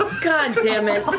goddamn it,